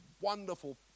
wonderful